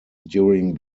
during